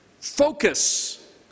focus